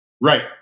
Right